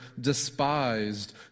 despised